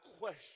question